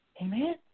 Amen